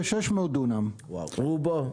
כ-600 דונם, רובו.